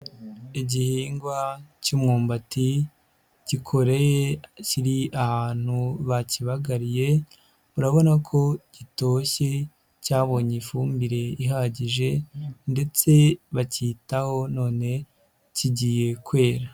Igihingwa cy'umyumbati gikoreye kiri ahantu bakibagariye, urabona ko gitoshye cyabonye ifumbire ihagije ndetse bacyitaho none kigiye kwera.